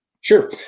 Sure